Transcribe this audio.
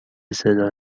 صدا